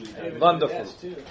wonderful